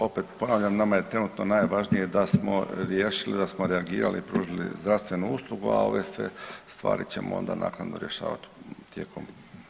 Opet ponavljam, nama je trenutno najvažnije da smo riješili i da smo reagirali i pružili zdravstvenu uslugu, a ove sve stvari ćemo onda naknadno rješavat tijekom, tijekom…